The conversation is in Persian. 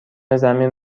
زمین